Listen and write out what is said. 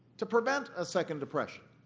to prevent a second depression,